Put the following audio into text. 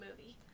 movie